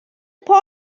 party